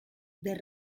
del